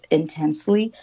intensely